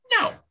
No